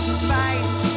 spice